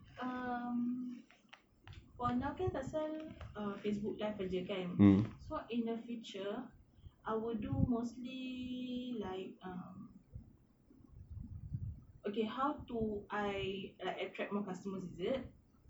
um for now kan I sell facebook live sahaja kan so in the future I will do mostly like um okay how to I like attract more customer is it